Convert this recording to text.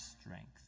strength